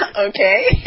Okay